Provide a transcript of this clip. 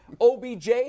OBJ